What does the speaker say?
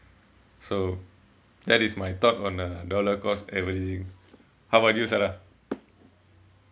so that is my thought on uh dollar cost averaging how about you sala